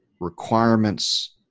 requirements